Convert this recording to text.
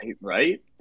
right